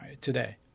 today